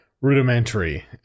rudimentary